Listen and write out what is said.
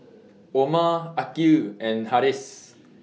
Omar Aqil and Harris